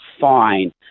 fine